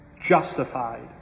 justified